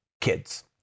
kids